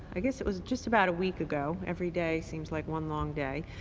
i guess it was just about a week ago, every day seems like one long day,